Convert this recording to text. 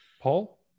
paul